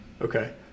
Okay